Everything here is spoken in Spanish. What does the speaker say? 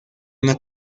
una